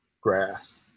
grass